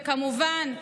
וכמובן,